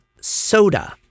soda